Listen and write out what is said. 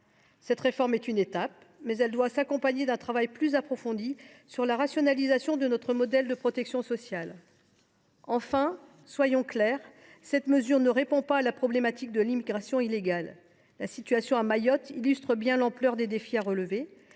cette réforme est une étape, mais elle doit s’accompagner d’un travail plus approfondi sur la rationalisation de notre modèle de protection sociale. Enfin, soyons clairs, cette mesure ne répond pas au problème de l’immigration illégale. La situation de Mayotte illustre bien l’ampleur des défis à relever,